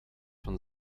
von